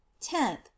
tenth